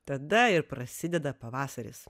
tada ir prasideda pavasaris